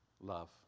Love